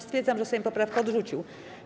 Stwierdzam, że Sejm poprawkę odrzucił.